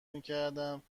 میکردم